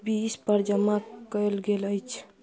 बीसपर जमा कएल गेल अछि